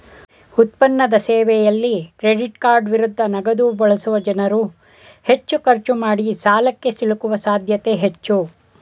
ಉತ್ಪನ್ನದ ಸೇವೆಯಲ್ಲಿ ಕ್ರೆಡಿಟ್ಕಾರ್ಡ್ ವಿರುದ್ಧ ನಗದುಬಳಸುವ ಜನ್ರುಹೆಚ್ಚು ಖರ್ಚು ಮಾಡಿಸಾಲಕ್ಕೆ ಸಿಲುಕುವ ಸಾಧ್ಯತೆ ಹೆಚ್ಚು